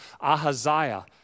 Ahaziah